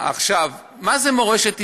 מה זה מורשת ישראל?